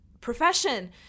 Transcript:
profession